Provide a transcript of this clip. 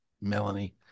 Melanie